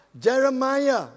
Jeremiah